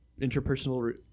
interpersonal